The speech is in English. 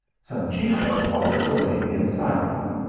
sanchica followed the lady in silence.